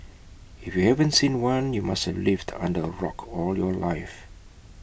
if you haven't seen one you must have lived under A rock all your life